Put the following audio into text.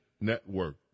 Network